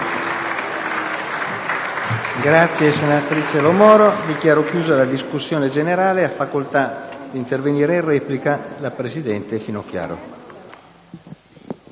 Grazie,